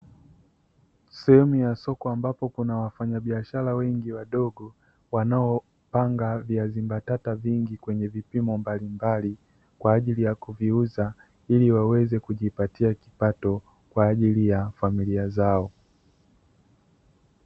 Sehemu ya soko ambapo kuna wafanyabiashara wengi wadogo wanaopanga viazi mbatata vingi kwenye vipimo mbalimbali kwa ajili ya kuviuza iliwaweze kujipatia kipato kwa ajili ya familia zao.